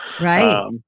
Right